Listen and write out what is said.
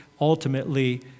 ultimately